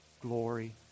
glory